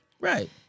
Right